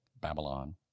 Babylon